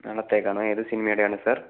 നാളത്തേക്കാണോ ഏതു സിനിമയുടെയാണ് സാർ